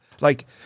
Like-